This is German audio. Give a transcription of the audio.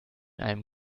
einem